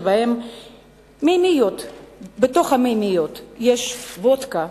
שבהם בתוך המימיות יש וודקה